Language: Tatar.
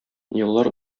еллар